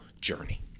journey